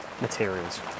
materials